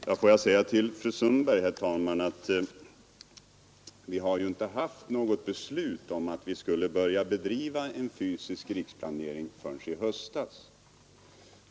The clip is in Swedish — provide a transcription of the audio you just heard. Herr talman! Låt mig till fru Sundberg säga att vi inte har haft något beslut om att börja bedriva en fysisk riksplanering förrän i höstas.